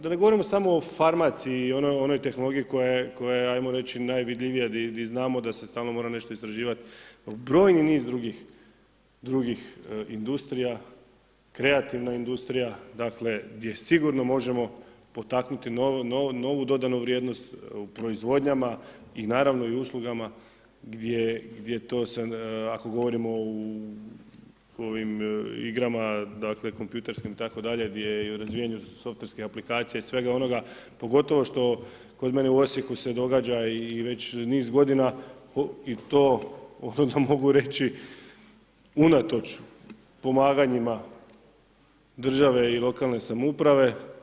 Da ne govorimo samo o farmaciji i onoj tehnologiji koja je ajmo reći najvidljivija gdje znamo da se stalno nešto mora istraživati i brojni niz drugih industrija, kreativna industrija, dakle gdje sigurno možemo potaknuti novu dodanu vrijednost u proizvodnjama i naravno i u uslugama gdje to ako govorimo u ovim igrama, dakle kompjuterskim itd., gdje je i u razvijanju softverske aplikacije i svega onoga pogotovo što kod mene u Osijeku se događa i već niz godina i to … da mogu reći unatoč pomaganjima države i lokalne samouprave.